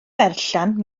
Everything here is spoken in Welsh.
berllan